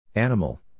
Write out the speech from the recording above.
Animal